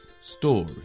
story